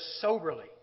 soberly